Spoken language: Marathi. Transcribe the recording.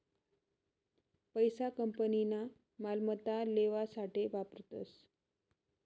पैसा कंपनीना मालमत्ता लेवासाठे वापरतस